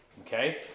Okay